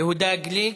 יהודה גליק,